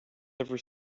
ever